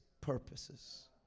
purposes